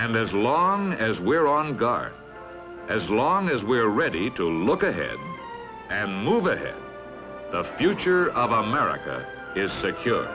and as long as we're on guard as long as we are ready to look ahead and move ahead the future of america is secure